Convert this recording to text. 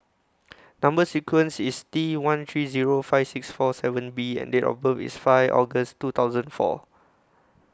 Number sequence IS T one three Zero five six four seven B and Date of birth IS five August two thousand and four